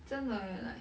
真的 eh like